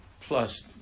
plus